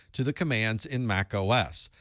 to the commands in macos.